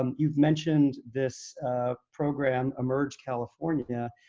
um you've mentioned this program, emerge california, yeah